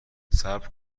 صبر